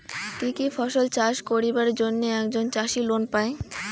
কি কি ফসল চাষ করিবার জন্যে একজন চাষী লোন পায়?